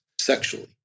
sexually